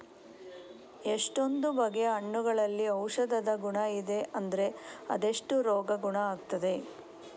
ಎಷ್ಟೊಂದು ಬಗೆಯ ಹಣ್ಣುಗಳಲ್ಲಿ ಔಷಧದ ಗುಣ ಇದೆ ಅಂದ್ರೆ ಅದೆಷ್ಟೋ ರೋಗ ಗುಣ ಆಗ್ತದೆ